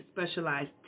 specialized